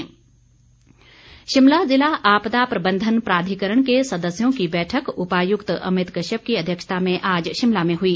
आपदा शिमला जिला आपदा प्रबंधन प्राधिकरण के सदस्यों की बैठक उपायुक्त अमित कश्यप की अध्यक्षता में आज शिमला में हुई